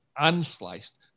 unsliced